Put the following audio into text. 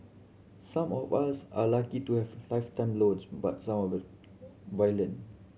some of us are lucky to have lifetime loans but some of violin